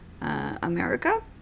America